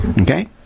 Okay